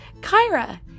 Kyra